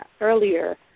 earlier